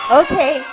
okay